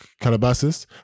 Calabasas